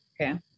Okay